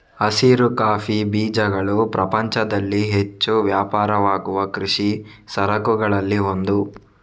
ಹಸಿರು ಕಾಫಿ ಬೀಜಗಳು ಪ್ರಪಂಚದಲ್ಲಿ ಹೆಚ್ಚು ವ್ಯಾಪಾರವಾಗುವ ಕೃಷಿ ಸರಕುಗಳಲ್ಲಿ ಒಂದು